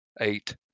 Eight